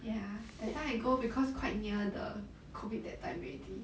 ya that time I go because quite near the COVID that time already